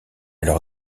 leur